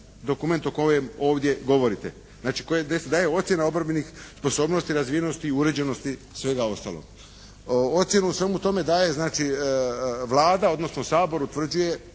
dokument o kojem ovdje govorite, znači koje daje ocjena obrambenih sposobnosti, razvijenosti i uređenosti svega ostaloga. Ocjenu o svemu tome daje znači Vlada, odnosno Sabor utvrđuje